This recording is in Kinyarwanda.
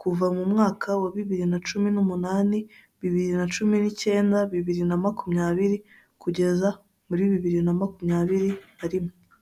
kuva mu mwaka wa bibiri na cumi n'umunani, bibiri na cumi nicyenda, bibiri na makumyabiri kugeza muri bibiri na makumyabiri na rimwe.